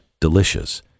delicious